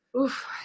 Oof